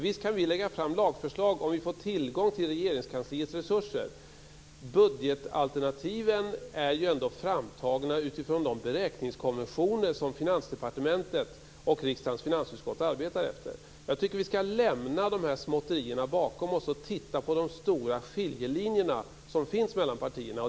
Visst kan vi lägga fram lagförslag om vi får tillgång till Regeringskansliets resurser. Budgetalternativen är ju ändå framtagna utifrån de beräkningskonventioner som Finansdepartementet och riksdagens finansutskott arbetar efter. Jag tycker att vi skall lämna dessa småtterier bakom oss och titta på de stora skiljelinjer som finns mellan partierna.